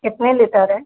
कितने लीटर है